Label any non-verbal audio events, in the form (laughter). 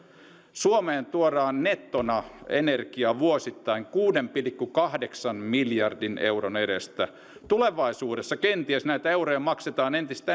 suomeen tuodaan nettona energiaa vuosittain kuuden pilkku kahdeksan miljardin euron edestä tulevaisuudessa kenties näitä euroja maksetaan entistä (unintelligible)